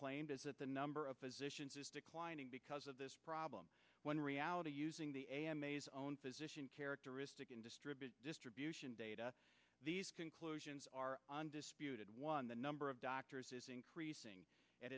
claimed is that the number of physicians is declining because of this problem when reality using the a m a s own physician characteristic in distributed distribution data these conclusions are undisputed one the number of doctors is increasing